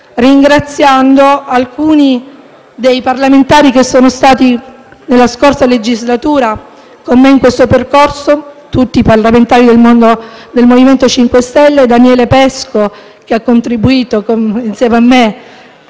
ringraziando alcuni dei parlamentari che nella scorsa legislatura sono stati con me in questo percorso, tutti i parlamentari del MoVimento 5 Stelle, il presidente Daniele Pesco, che ha contribuito insieme a me